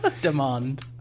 Demand